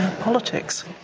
Politics